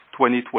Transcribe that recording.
2020